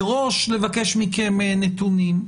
מראש לבקש מכם נתונים.